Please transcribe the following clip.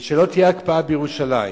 ושלא תהיה הקפאה בירושלים,